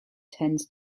tends